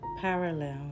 parallel